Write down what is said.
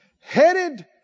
Headed